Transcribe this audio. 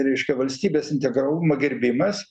reiškia valstybės integralumo gerbimas